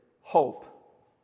hope